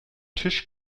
tisch